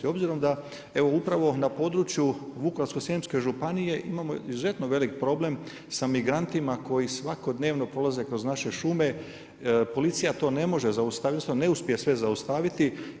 Obzirom da evo upravo na području Vukovarsko-srijemske županije imamo izuzetno velik problem sa migrantima koji svakodnevno prolaze kroz naše šume, policija to ne može zaustaviti, odnosno ne uspije sve zaustaviti.